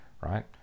right